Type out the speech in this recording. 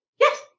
Yes